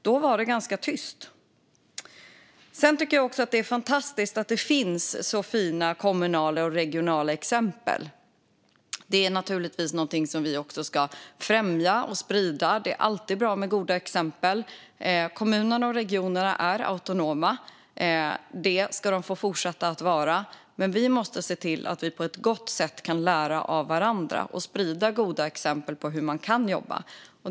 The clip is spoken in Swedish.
Då var det ganska tyst från er. Det är fantastiskt med alla fina kommunala och regionala exempel. Dessa ska vi givetvis främja och sprida, för det är alltid bra med goda exempel. Kommuner och regioner är autonoma, och det ska de fortsätta att vara. Men vi måste lära av varandra och sprida goda exempel på hur man kan jobba.